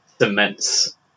cements